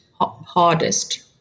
hardest